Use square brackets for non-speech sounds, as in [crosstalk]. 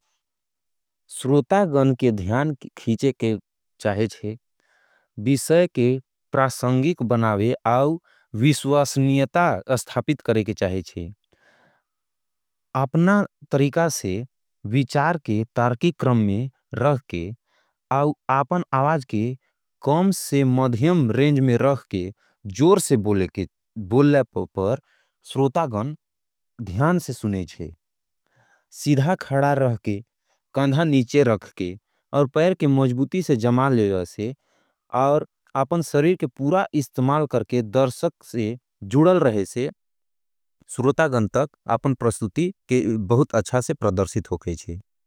स्रोतागन के ध्यान खीचे के चाहेचे, विशय के प्रासंगिक बनावे आउ विश्वासनियता अस्थापित करेके चाहेचे। अपना तरीका से विचार के तारकी क्रम में रखके आपन आवाज के कॉम से मध्यम रेंज में रखके जोर से [hesitation] बोलेप पर स्रोतागन ध्यान से सुनेचे। सिधा खड़ा रहके, कन्धा नीचे रखके और पैर के मोजबुती से जमाल लेवसे और आपन सरीर के पूरा इस्तमाल करके दर्शक से जुडल रहेसे सुरोतागन तक आपन प्रस्तुति के बहुत अच्छा से प्रदर्शित होकेचे।